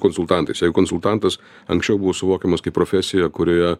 konsultantais jei konsultantas anksčiau buvo suvokiamas kaip profesija kurioje